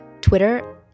Twitter